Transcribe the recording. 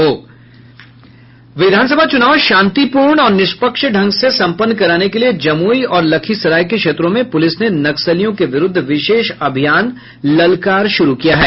विधानसभा चुनाव शांतिपूर्ण और निष्पक्ष ढ़ंग से संपन्न कराने के लिए जमुई और लखीसराय के क्षेत्रों में पुलिस ने नक्सलियों के विरूद्ध विशेष अभियान ललकार शुरू किया है